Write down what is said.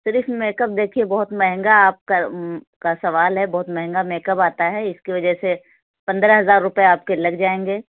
صرف makeup دیکھیے بہت مہنگا آپ کا کا سوال ہے بہت مہنگا میک اپ آتا ہے اِس کی وجہ سے پندرہ ہزار روپے آپ کے لگ جائیں گے